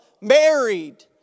married